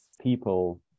people